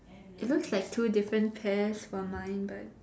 it looks like two different pears for mine but